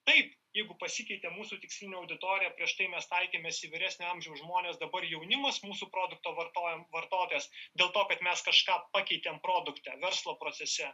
taip jeigu pasikeitė mūsų tikslinė auditorija prieš tai mes taikėmės į vyresnio amžiaus žmonės dabar jaunimas mūsų produkto vartojim vartotojas dėl to kad mes kažką pakeitėm produkte verslo procese